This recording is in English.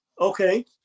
Okay